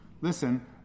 listen